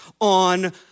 on